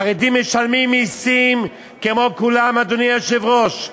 החרדים משלמים מסים כמו כולם, אדוני היושב-ראש.